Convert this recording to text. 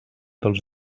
dels